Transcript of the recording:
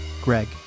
Greg